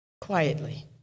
quietly